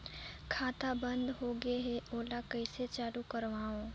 खाता बन्द होगे है ओला कइसे चालू करवाओ?